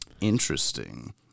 Interesting